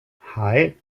hei